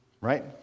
right